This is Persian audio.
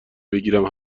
بگیرم